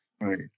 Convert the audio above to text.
Right